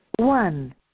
One